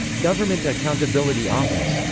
government accountability office.